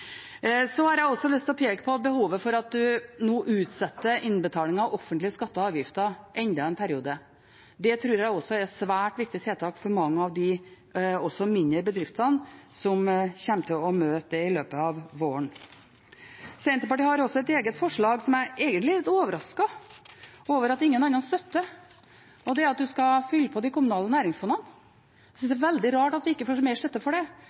Så har jeg også lyst til å peke på behovet for at en nå utsetter innbetaling av offentlige skatter og avgifter enda en periode. Det tror jeg også er et svært viktig tiltak for mange av de mindre bedriftene som kommer til å møte dette i løpet av våren. Senterpartiet har også et eget forslag, som jeg egentlig er litt overrasket over at ingen andre støtter. Det er at en skal fylle på de kommunale næringsfondene. Jeg synes det er veldig rart at vi ikke får mer støtte for det.